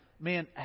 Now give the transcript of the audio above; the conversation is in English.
man